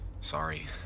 sorry